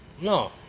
no